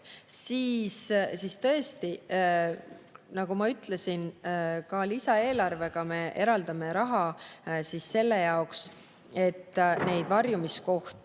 siis tõesti, nagu ma ütlesin, ka lisaeelarvega me eraldame raha selle jaoks, et varjumiskohti